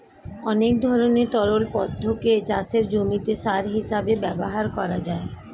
অনেক ধরনের তরল পদার্থকে চাষের জমিতে সার হিসেবে ব্যবহার করা যায়